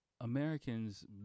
Americans